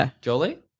Jolie